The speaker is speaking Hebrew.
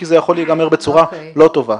כי זה יכול להיגמר בצורה לא טובה.